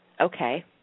okay